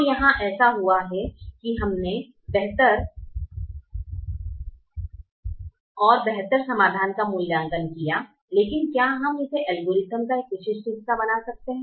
तो यहाँ ऐसा हुआ कि हमने बेहतर और बेहतर समाधान का मूल्यांकन किया लेकिन क्या हम इसे एल्गोरिथ्म का एक विशिष्ट हिस्सा बना सकते हैं